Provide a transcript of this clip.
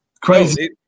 crazy